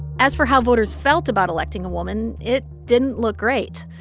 as for how voters felt about electing a woman, it didn't look great.